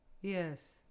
Yes